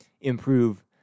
improve